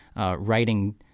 writing